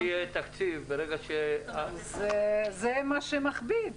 ברגע שיהיה תקציב --- זה מה שמכביד,